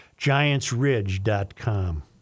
Giantsridge.com